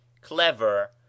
Clever